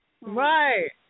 Right